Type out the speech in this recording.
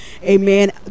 amen